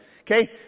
Okay